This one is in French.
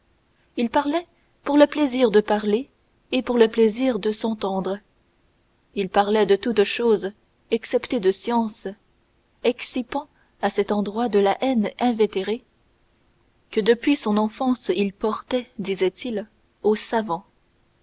il parlait pour le plaisir de parler et pour le plaisir de s'entendre il parlait de toutes choses excepté de sciences excipant à cet endroit de la haine invétérée que depuis son enfance il portait disait-il aux savants